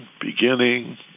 beginning